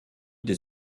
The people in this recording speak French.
des